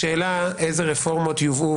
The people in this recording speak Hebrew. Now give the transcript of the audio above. השאלה איזה רפורמות יובאו,